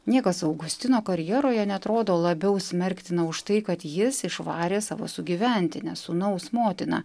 niekas augustino karjeroje neatrodo labiau smerktina už tai kad jis išvarė savo sugyventinės sūnaus motiną